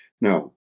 Now